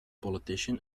politician